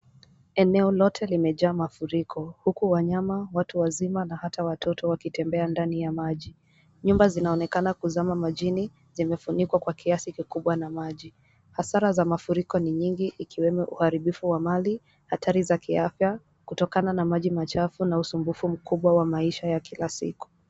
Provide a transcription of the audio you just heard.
Eneo lote limejaa mafuriko, huku wanyama, watu wazima na hata watoto wakitembea ndani ya maji. Nyumba zinaonekana kuzama majini, zimefunikwa kwa kiasi kikubwa na maji. Hasara za mafuriko ni nyingi, ikiwemo uharibifu wa mali, hatari za kiafya, kutokana na maji machafu na usumbufu mkubwa wa maisha ya kila siku.